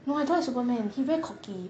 no I don't like superman he very cocky